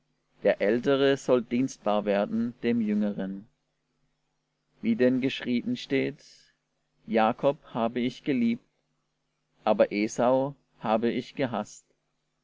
der ältere soll dienstbar werden dem jüngeren wie denn geschrieben steht jakob habe ich geliebt aber esau habe ich gehaßt